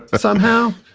ah somehow.